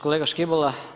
Kolega Škibola.